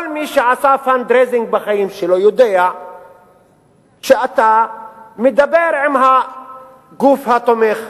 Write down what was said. כל מי שעשה fundraising בחיים שלו יודע שאתה מדבר עם הגוף התומך,